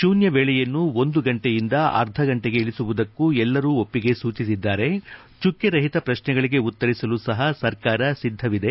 ಶೂನ್ಯ ವೇಳೆಯನ್ನು ಒಂದು ಗಂಟೆಯಿಂದ ಅರ್ಧ ಗಂಟೆಗೆ ಇಳಿಸುವುದಕ್ಕೂ ಎಲ್ಲರೂ ಒಪ್ಪಿಗೆ ಸೂಚಿಸಿದ್ದಾರೆ ಚುಕ್ಕೆ ರಹಿತ ಪ್ರಶ್ನೆಗಳಿಗೆ ಉತ್ತರಿಸಲು ಸಹ ಸರ್ಕಾರ ಸಿದ್ದವಿದೆ